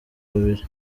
babiri